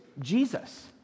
Jesus